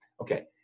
Okay